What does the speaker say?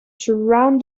surround